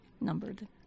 numbered